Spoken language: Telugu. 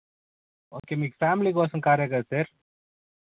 ఓకే మీ ఫ్యామిలీ కోసం కారే కదా సార్